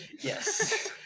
Yes